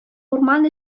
урман